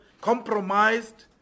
compromised